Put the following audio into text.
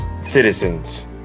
citizens